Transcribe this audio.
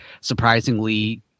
surprisingly –